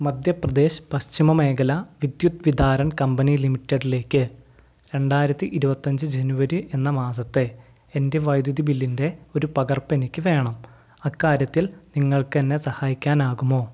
മധ്യപ്രദേശ് പശ്ചിമ മേഖല വിദ്യുത് വിതാരൺ കമ്പനി ലിമിറ്റഡിലേക്ക് രണ്ടായിരത്തി ഇരുപത്തഞ്ച് ജനുവരി എന്ന മാസത്തെ എൻ്റെ വൈദ്യുതി ബില്ലിൻ്റെ ഒരു പകർപ്പ് എനിക്ക് വേണം അക്കാര്യത്തിൽ നിങ്ങൾക്കെന്നെ സഹായിക്കാനാകുമോ